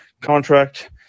contract